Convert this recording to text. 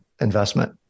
investment